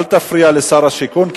אל תפריע לשר השיכון,